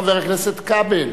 חבר הכנסת כבל.